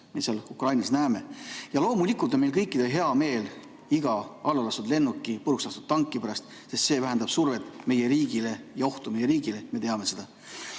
me seal Ukrainas näeme. Ja loomulikult on meil kõikidel hea meel iga allalastud lennuki, purukslastud tanki pärast, sest see vähendab survet meie riigile ja ohtu meie riigile. Me teame seda.